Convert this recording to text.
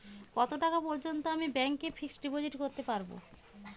কত টাকা পর্যন্ত আমি ব্যাংক এ ফিক্সড ডিপোজিট করতে পারবো?